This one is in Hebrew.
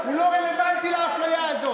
הוא לא רלוונטי לאפליה הזאת.